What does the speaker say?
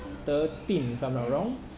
thirteen if I'm not wrong